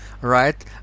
right